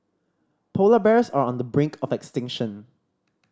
polar bears are on the brink of extinction